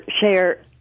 share